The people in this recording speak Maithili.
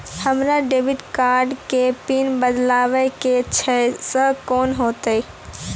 हमरा डेबिट कार्ड के पिन बदलबावै के छैं से कौन होतै?